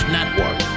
Network